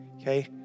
okay